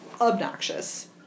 obnoxious